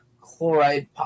chloride